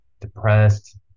depressed